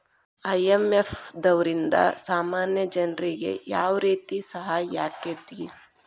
IMF ದವ್ರಿಂದಾ ಸಾಮಾನ್ಯ ಜನ್ರಿಗೆ ಯಾವ್ರೇತಿ ಸಹಾಯಾಕ್ಕತಿ?